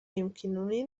يمكنني